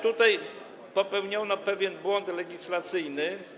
Tutaj jednak popełniono pewien błąd legislacyjny.